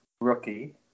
rookie